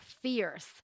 fierce